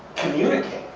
communicate.